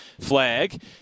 flag